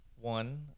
one